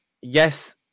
yes